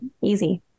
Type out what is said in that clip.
easy